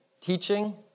teaching